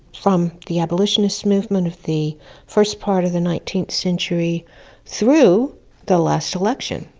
from the abolitionist movement of the first part of the nineteenth century through the last election,